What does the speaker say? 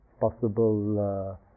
possible